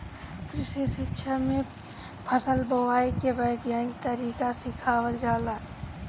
कृषि शिक्षा में फसल के बोआई के वैज्ञानिक तरीका सिखावल जाला